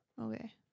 Okay